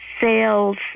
sales